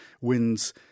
wins